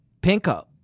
Pinko